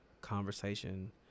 conversation